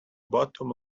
bottom